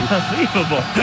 Unbelievable